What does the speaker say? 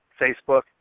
Facebook